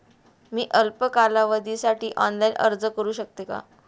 मी अल्प कालावधीसाठी ऑनलाइन अर्ज करू शकते का?